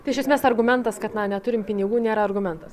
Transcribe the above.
tai iš esmės argumentas kad na neturim pinigų nėra argumentas